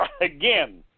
again